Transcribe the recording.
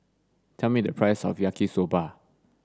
tell me the price of Yaki Soba